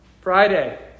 Friday